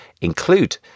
include